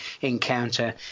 encounter